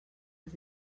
els